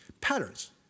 patterns